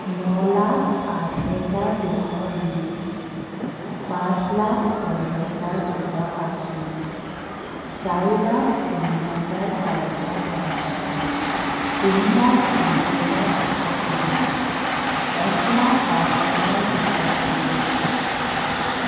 ন লাখ আঠ হেজাৰ দুশ বিছ পাঁচ লাখ ছহেজাৰ দুশ আশী চাৰি লাখ তিনি হাজাৰ চাৰিশ পঞ্চাছ তিনি লাখ দুহেজাৰ দুশ বিছ এক লাখ পাঁচ হেজাৰ দুশ ত্ৰিছ